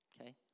okay